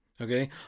Okay